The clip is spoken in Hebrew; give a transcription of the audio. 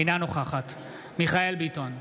אינה נוכחת מיכאל מרדכי ביטון,